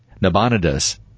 Nabonidus